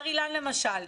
בר אילן למשל,